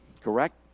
Correct